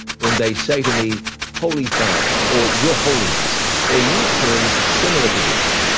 when they say to me holy father or your holiness or use terms similar to these,